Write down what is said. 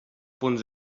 punts